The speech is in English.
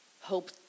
Hope